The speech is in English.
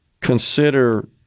consider